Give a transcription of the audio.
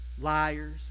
liars